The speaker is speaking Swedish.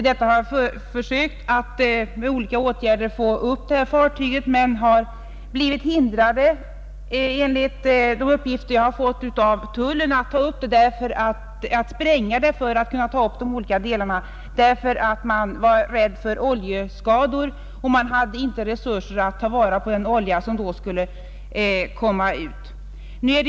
Detta har försökt att med olika åtgärder få upp fartyget men har enligt de uppgifter jag har fått blivit hindrat av tullen att spränga det för att kunna ta upp de olika delarna, emedan man var rädd för oljeskador. Man hade inte resurser att ta vara på den olja som då skulle frigöras.